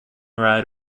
ride